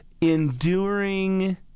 enduring